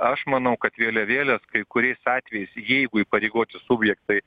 aš manau kad vėliavėlės kai kuriais atvejais jeigu įpareigoti subjektai